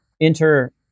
enter